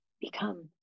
become